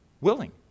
Willing